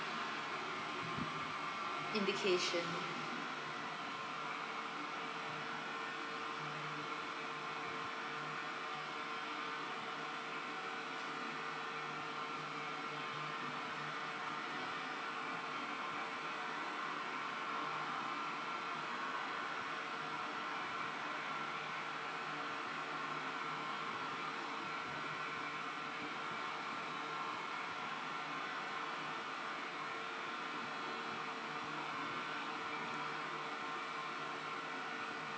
indication